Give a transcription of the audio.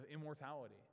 immortality